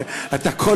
אתה,